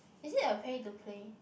is it a pay to play